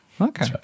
okay